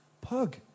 pug